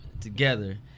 together